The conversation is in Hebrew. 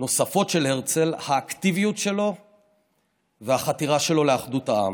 של הרצל: האקטיביות שלו והחתירה שלו לאחדות העם.